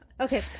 Okay